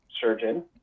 surgeon